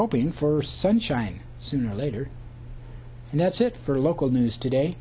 hoping for sunshine sooner or later and that's it for local news today